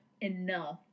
enough